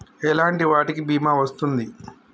ఎలాంటి వాటికి బీమా వస్తుంది?